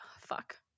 fuck